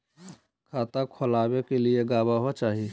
खाता खोलाबे के लिए गवाहों चाही?